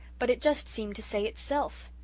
but it just seemed to say itself.